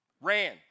ran